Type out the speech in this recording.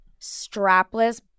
strapless